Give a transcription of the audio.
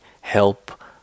help